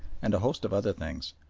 and a host of other things.